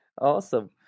Awesome